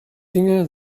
inge